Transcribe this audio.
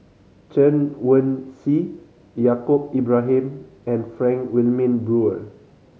Chen Wen Hsi Yaacob Ibrahim and Frank Wilmin Brewer